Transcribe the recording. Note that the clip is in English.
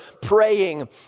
praying